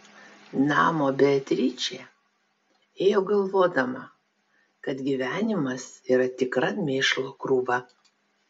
namo beatričė ėjo galvodama kad gyvenimas yra tikra mėšlo krūva